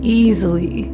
easily